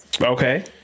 Okay